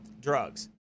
drugs